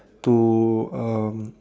to um